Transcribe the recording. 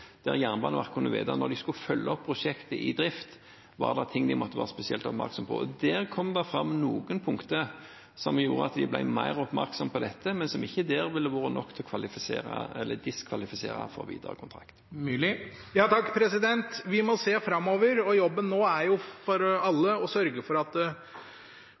var noe de måtte være spesielt oppmerksomme på når de skulle følge opp prosjektet i drift. Der kom det fram noen punkter som gjorde at de ble mer oppmerksomme på dette, men som ikke ville vært nok til å diskvalifisere for videre kontrakt. Vi må se framover, og jobben for alle nå er å sørge for at vi prøver å unngå at